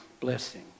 blessing